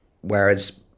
Whereas